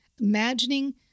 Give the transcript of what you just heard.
Imagining